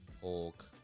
Hulk